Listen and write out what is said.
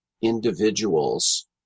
individuals